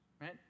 right